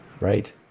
Right